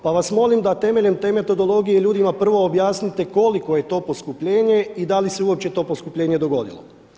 Pa vas molim da temeljem te metodologije ljudima prvo objasnite koliko je to poskupljenje i da li se uopće to poskupljenje dogodilo.